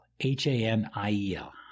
H-A-N-I-E-L